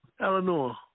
Eleanor